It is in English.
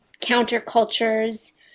countercultures